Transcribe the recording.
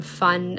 fun